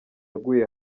aguye